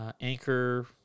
Anchor